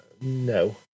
no